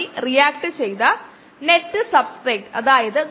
0 0